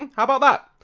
and how about that?